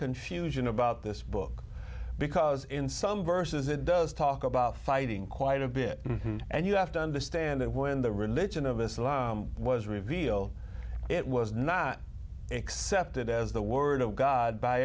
confusion about this book because in some verses it does talk about fighting quite a bit and you have to understand that when the religion of islam was reveal it was not accepted as the word of god by